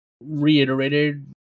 reiterated